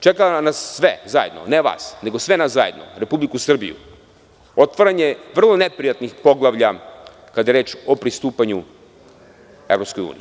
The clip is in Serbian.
Čeka nas sve zajedno, ne vas, nego sve nas zajedno, Republiku Srbiju, otvaranje vrlo neprijatnih poglavlja kada je reč o pristupanju EU.